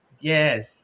yes